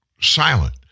silent